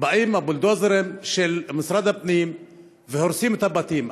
באים הבולדוזרים של משרד הפנים והורסים את הבתים.